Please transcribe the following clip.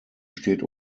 steht